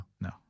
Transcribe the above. No